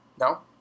No